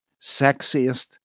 Sexiest